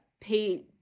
pay